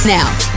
Now